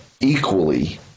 equally